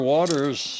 Waters